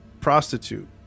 prostitute